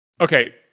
Okay